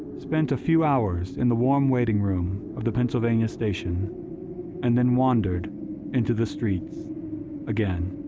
spent a few hours in the warm waiting room of the pennsylvania station and then wandered into the streets again.